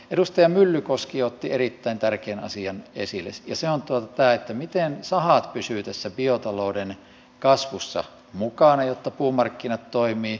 edustaja myllykoski otti erittäin tärkeän asian esille ja se on tämä että miten sahat pysyvät tässä biotalouden kasvussa mukana jotta puumarkkinat toimivat